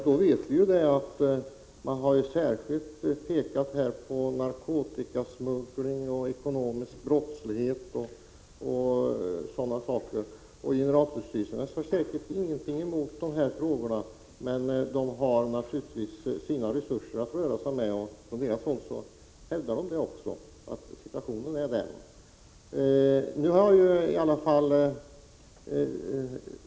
Vi vet ju att man särskilt har pekat på narkotikasmuggling, ekonomisk brottslighet och sådana saker. Generaltullstyrelsen har säkert ingenting emot de frågor som vi nu behandlar, men myndigheten har som sagt givna resurser att röra sig med. Generaltullstyrelsen hävdar också att situationen är just den.